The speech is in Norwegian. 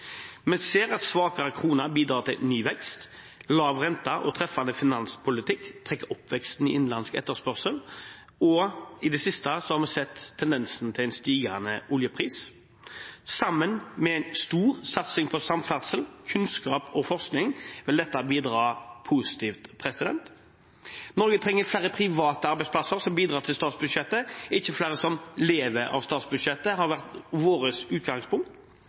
Vi ser at svakere krone bidrar til ny vekst. Lav rente og treffende finanspolitikk trekker opp veksten i innenlandsk etterspørsel. I det siste har vi sett tendensen til en stigende oljepris. Sammen med en stor satsing på samferdsel, kunnskap og forskning vil dette bidra positivt. Norge trenger flere private arbeidsplasser som bidrar til statsbudsjettet, ikke flere som lever av statsbudsjettet. Det har vært vårt utgangspunkt.